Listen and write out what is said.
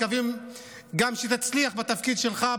גם מקווים שתצליח בתפקיד שלך,